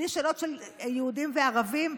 בלי שאלות של יהודים וערבים,